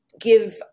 give